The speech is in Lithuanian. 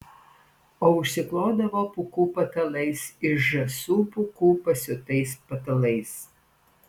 o užsiklodavo pūkų patalais iš žąsų pūkų pasiūtais patalais